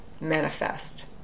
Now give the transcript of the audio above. manifest